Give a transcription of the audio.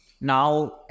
Now